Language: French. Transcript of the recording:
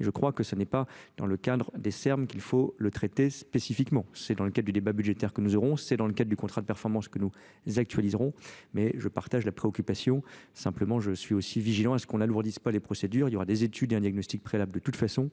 je crois que ce n'est pas dans le cadre des R R Mes qu'il faut le traiter spécifiquement, c'est dans le cadre du débat budgétaire que nous aurons, c'est dans le cadre du contrat de performance que nous actualiserons, mais je partage la préoccupation simplement je suis aussi vigilants à ce qu'on n'alourdisse pas les procédures, il y aura des études et un diagnostic préalable, de toute façon